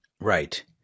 Right